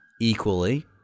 equally